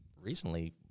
recently